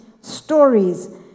stories